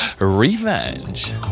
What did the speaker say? revenge